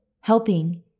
helping